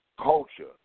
culture